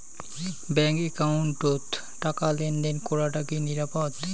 Bank একাউন্টত টাকা লেনদেন করাটা কি নিরাপদ?